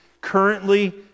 currently